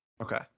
Okay